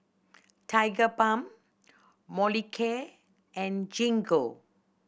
Tigerbalm Molicare and Gingko